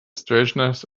strangeness